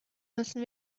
müssen